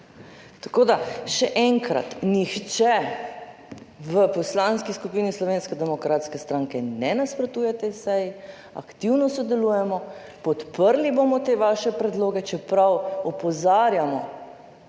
Tako da, še enkrat. Nihče v Poslanski skupini Slovenske demokratske stranke ne nasprotuje tej seji, aktivno sodelujemo, podprli bomo te vaše predloge, čeprav opozarjamo,